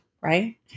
right